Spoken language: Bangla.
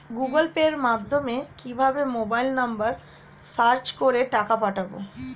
গুগোল পের মাধ্যমে কিভাবে মোবাইল নাম্বার সার্চ করে টাকা পাঠাবো?